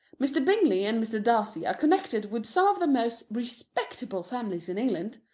mr. bingley and mr. darcy are connected with some of the most respectable families in england.